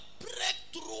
breakthrough